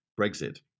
Brexit